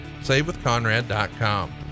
SaveWithConrad.com